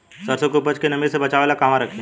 सरसों के उपज के नमी से बचावे ला कहवा रखी?